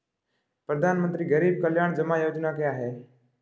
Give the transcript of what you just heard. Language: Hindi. प्रधानमंत्री गरीब कल्याण जमा योजना क्या है?